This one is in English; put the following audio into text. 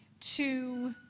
to,